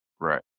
Right